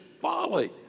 folly